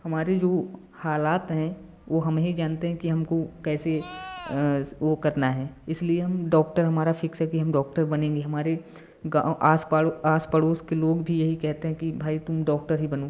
हमारे जो हालात हैं वो हम ही जानते हैं कि हमको कैसे वो करना है इसलिए हम डॉक्टर हमारा फ़िक्स है कि हम डॉक्टर बनेंगे हमारे गाँव आस पाड़ों आस पड़ोस के लोग भी यही कहते हैं कि भाई तुम डॉक्टर ही बनो